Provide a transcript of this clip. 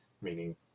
meaning